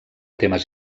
temes